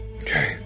Okay